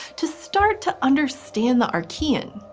to start to understand the archean.